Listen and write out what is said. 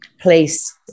place